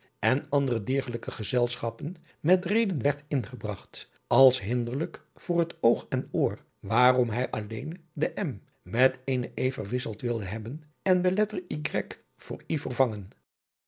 en andere diergelijke gezelschappen met reden werd ingebragt als hinderlijk voor het oog en oor waarom hij alleen de m met eene e verwisseld wilde hebben en de letter y door i vervangen